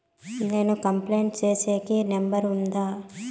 నేను కంప్లైంట్ సేసేకి నెంబర్ ఉందా?